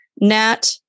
Nat